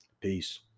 Peace